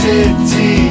City